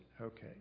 Okay